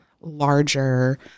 larger